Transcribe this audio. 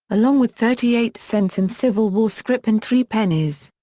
along with thirty eight cents in civil war scrip and three pennies.